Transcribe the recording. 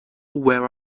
where